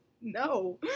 no